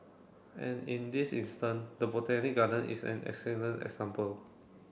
and in this instance the Botanic Garden is an excellent example